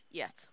yes